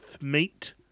meat